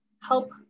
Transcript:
help